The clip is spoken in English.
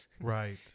Right